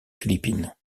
philippines